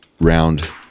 round